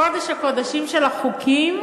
קודש הקודשים של החוקים,